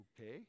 okay